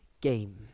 game